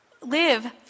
live